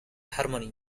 harmony